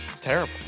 Terrible